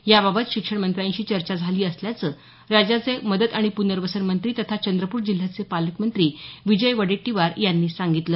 याबाबत शिक्षणमंत्र्यांशी चर्चा झाली असल्याचं राज्याचे मदत आणि पुनर्वसन मंत्री तथा चंद्रपूर जिल्ह्याचे पालकमंत्री विजय वडेट्टीवार यांनी सांगितलं